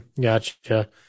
gotcha